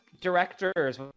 directors